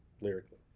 Lyrically